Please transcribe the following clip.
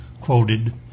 quoted